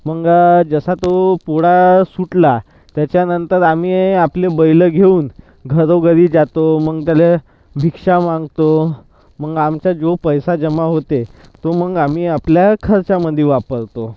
मग जसा तो पोळा सुटला त्याच्यानंतर आम्ही आपली बैलं घेऊन घरोघरी जातो मग त्याला भिक्षा मागतो मग आमचा जो पैसा जमा होते तो मग आम्ही आपल्या खर्चामध्ये वापरतो